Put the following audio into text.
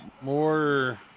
more